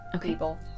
people